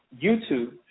YouTube